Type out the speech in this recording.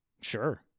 Sure